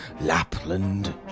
Lapland